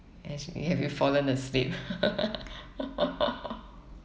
ashley have you fallen asleep